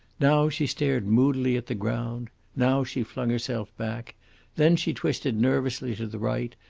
now she stared moodily at the ground now she flung herself back then she twisted nervously to the right,